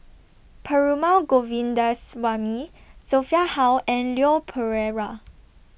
Perumal Govindaswamy Sophia Hull and Leon Perera